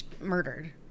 murdered